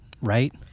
right